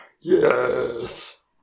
Yes